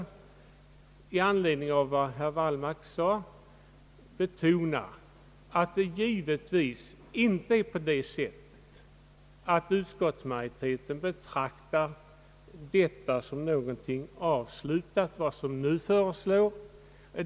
Med anledning av vad herr Wallmark sade vill jag betona, att det givetvis inte är så, att utskottsmajoriteten betraktar vad som nu förestår som något avslutat.